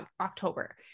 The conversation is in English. October